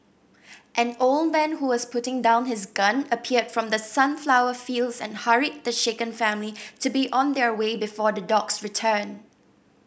an old man who was putting down his gun appeared from the sunflower fields and hurried the shaken family to be on their way before the dogs return